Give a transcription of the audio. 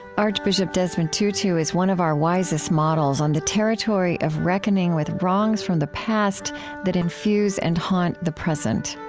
archbishop desmond tutu is one of our wisest models on the territory of reckoning with wrongs from the past that infuse and haunt the present.